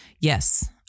yes